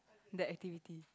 that activity